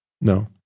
No